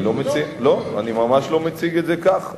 לא, אני ממש לא מציג את זה כך.